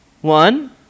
one